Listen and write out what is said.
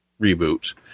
reboot